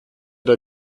der